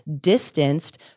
distanced